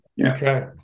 Okay